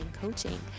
coaching